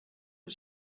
for